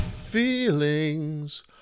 Feelings